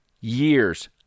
years